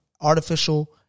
artificial